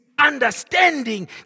Understanding